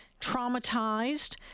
traumatized